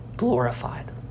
glorified